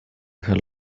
her